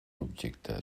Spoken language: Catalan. objecte